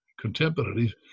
contemporaries